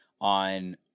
on